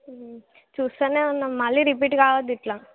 చూస్తూనే ఉన్నాం మళ్ళీ రిపీట్ కావద్దు ఇట్లా